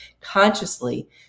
consciously